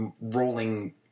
rolling